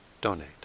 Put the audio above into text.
donate